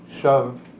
shove